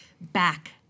back